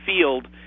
field